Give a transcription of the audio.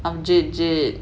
I'm jade jade